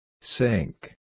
Sink